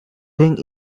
thing